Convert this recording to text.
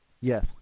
Yes